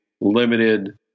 limited